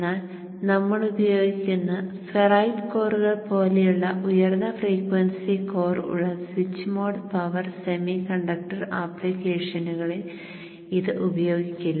എന്നാൽ നമ്മൾ ഉപയോഗിക്കുന്ന ഫെറൈറ്റ് കോറുകൾ പോലെയുള്ള ഉയർന്ന ഫ്രീക്വൻസി കോർ ഉള്ള switch mode power semiconductor ആപ്ലിക്കേഷനുകളിൽ ഇത് ഉപയോഗിക്കില്ല